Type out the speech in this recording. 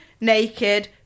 naked